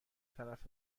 طرف